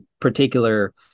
particular